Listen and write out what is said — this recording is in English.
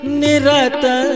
nirata